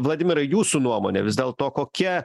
vladimirai jūsų nuomone vis dėlto kokia